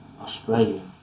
Australia